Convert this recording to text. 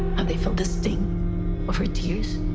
have they felt the sting of her tears?